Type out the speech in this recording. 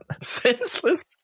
Senseless